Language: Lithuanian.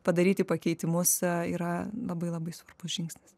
padaryti pakeitimus yra labai labai svarbus žingsnis